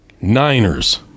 Niners